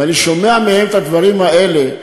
ואני שומע מהם את הדברים האלה,